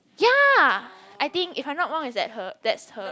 ya I think if I'm not wrong is that her that's her